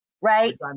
right